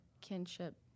kinship